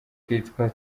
kitwa